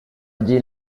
allí